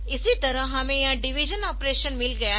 इसी तरह हमें यह डिवीजन ऑपरेशन मिल गया है